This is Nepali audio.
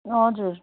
हजुर